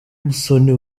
musoni